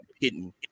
hitting